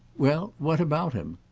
well, what about him?